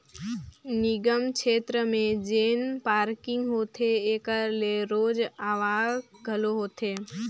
निगम छेत्र में जेन पारकिंग होथे एकर ले रोज आवक घलो होथे